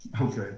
Okay